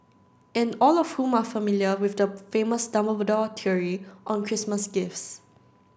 and all of whom are familiar with the famous Dumbledore theory on Christmas gifts